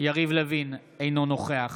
יריב לוין, אינו נוכח